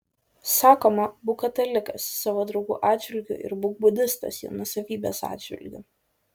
sakoma būk katalikas savo draugų atžvilgių ir būk budistas jų nuosavybės atžvilgiu